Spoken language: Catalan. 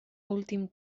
últim